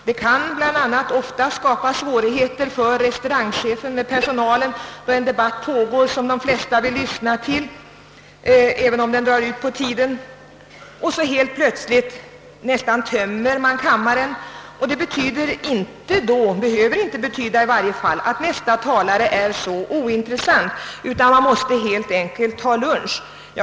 Det kan då inträffa att ledamöterna, sedan de följt en debatt, som de vill lyssna på även om den drar ut på tiden, plötsligt nästan tömmer kammaren. Detta behöver inte betyda att näste talare är ointressant, utan man måste helt enkelt ha lunch.